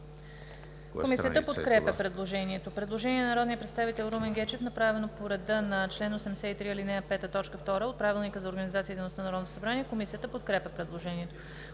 Комисията подкрепя предложението.